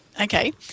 Okay